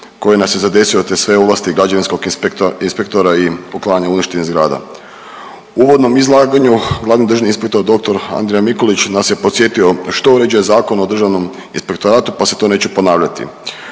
koji nas je zadesio, te sve ovlasti građevinskog inspektora i uklanjanje uništenih zgrada. U uvodnom izlaganju glavni državni inspektor doktor Andrija Mikulić nas je podsjetio što uređuje Zakon o državnom inspektoratu, pa se to neću ponavljati.